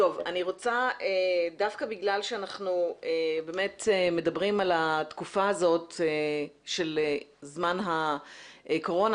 דווקא בגלל שאנחנו מדברים על התקופה של הקורונה